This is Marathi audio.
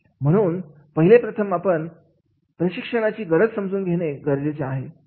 म्हणून म्हणून पहिले प्रथम आपण प्रशिक्षणाची गरज समजून घेणे गरजेचे आहे